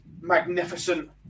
magnificent